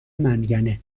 منگنه